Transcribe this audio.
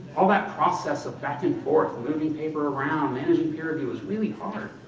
all that process of back and forth, moving paper around, managing peer reviews, was really hard.